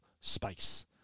space